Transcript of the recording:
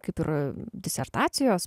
kaip ir disertacijos